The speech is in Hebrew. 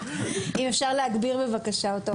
בבקשה.